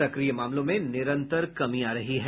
सक्रिय मामलों में निरंतर कमी आ रही है